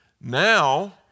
Now